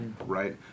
right